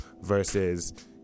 versus